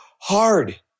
hard